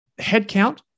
headcount